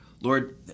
Lord